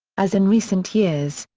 as in recent years,